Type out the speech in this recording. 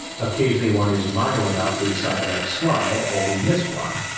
occasionally one is minor enough we decide to let it slide or we miss one.